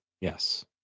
yes